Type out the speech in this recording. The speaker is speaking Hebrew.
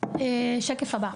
שקף הבא.